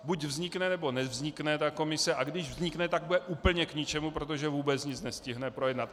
Buď vznikne, nebo nevznikne ta komise, a když vznikne, tak bude úplně k ničemu, protože vůbec nic nestihne projednat.